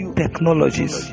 technologies